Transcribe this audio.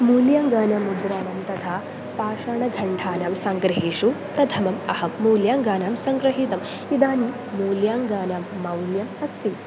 मूल्याङ्कानाम् मुद्राणां तथा पाषाणखण्डानां सङ्ग्रहेषु प्रथमम् अहं मूल्याङ्कानां सङ्ग्रहीतम् इदानीं मूल्याङ्कानां मौल्यम् अस्ति